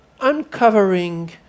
uncovering